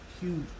huge